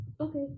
Okay